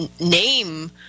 name